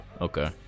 okay